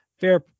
fair